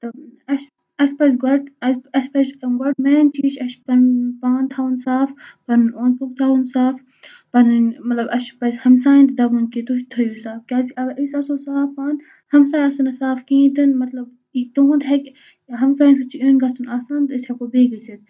تہٕ اَسہِ اَسہِ پَزِ گۄڈٕ اَسہِ پَزِ گۄڈٕ مین چیٖز چھُ اَسہِ چھُ پَنُن پان تھاوُن صاف پَنُن اوٚند پوٚکھ تھاوُن صاف پَنٕنۍ مطلب اَسہِ چھُ پَزِ ہمساین تہِ دَپُن کہِ تُہۍ تھٲیِو صاف کیٛازِکہِ اگر أسۍ آسو صاف پان ہَمساے آس نہٕ صاف کِہیٖنۍ تہِ نہٕ مطلب کہِ تُہُنٛد ہیٚکہِ ہمساین سۭتۍ چھِ اِن گژھُن آسان تہٕ أسۍ ہٮ۪کو بیٚیہِ گٔژھتھ